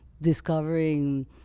discovering